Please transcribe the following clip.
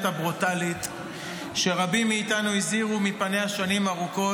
הברוטלית שרבים מאיתנו הזהירו מפניה שנים ארוכות,